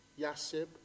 yasib